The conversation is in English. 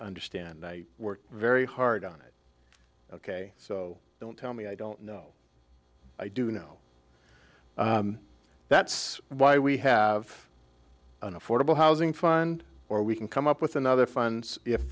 understand i work very hard on it ok so don't tell me i don't know i do know that's why we have an affordable housing fund or we can come up with another fund if